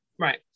Right